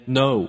no